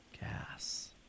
Gas